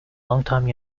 longtime